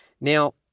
Now